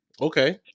Okay